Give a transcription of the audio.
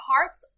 hearts